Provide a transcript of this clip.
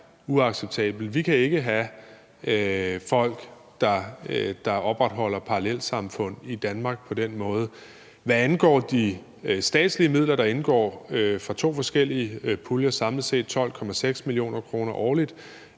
Vi kan ikke have folk, der opretholder parallelsamfund i Danmark på den måde. Hvad angår de statslige midler, der indgår fra to forskellige puljer med samlet set 12,6 mio. kr. årligt,